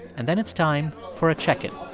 and then it's time for a check-in